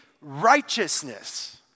righteousness